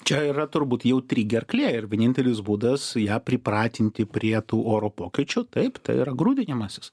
čia yra turbūt jautri gerklė ir vienintelis būdas ją pripratinti prie tų oro pokyčių taip yra grūdinimasis